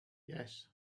yes